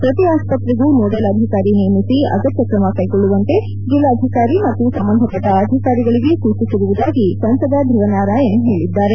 ಪ್ರತಿ ಆಸ್ಪತ್ರೆಗೂ ನೋಡೆಲ್ ಅಧಿಕಾರಿ ನೇಮಿಸಿ ಅಗತ್ಯ ಕ್ರಮ ಕೈಗೊಳ್ಳುವಂತೆ ಜಿಲ್ಲಾಧಿಕಾರಿ ಮತ್ತು ಸಂಬಂಧಪಟ್ಟ ಅಧಿಕಾರಿಗಳಿಗೆ ಸೂಚಿಸಿರುವುದಾಗಿ ಸಂಸದ ಧುವನಾರಾಯಣ್ ಹೇಳಿದ್ದಾರೆ